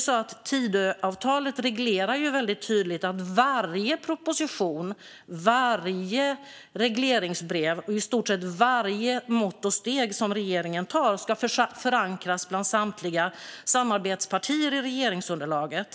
I Tidöavtalet regleras det tydligt att varje proposition, varje regleringsbrev och i stort sett varje mått och steg regeringen tar ska förankras hos samtliga samarbetspartier i regeringsunderlaget.